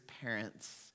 parents